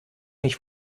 nicht